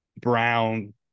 brown